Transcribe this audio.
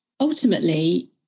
Ultimately